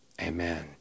amen